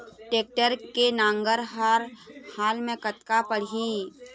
Tractor के नांगर हर हाल मा कतका पड़िही?